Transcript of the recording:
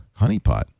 honeypot